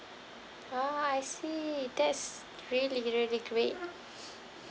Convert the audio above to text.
ah I see that's really really great